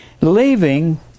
Leaving